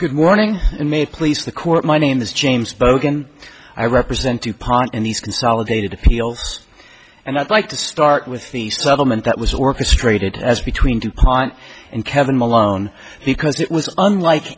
good morning and may please the court my name is james bogan i represent dupont in these consolidated appeals and i'd like to start with the settlement that was orchestrated as between two pont and kevin malone because it was unlike